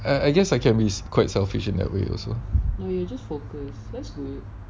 I I guess I can be quite selfish in that way also you know because I travel a lot for work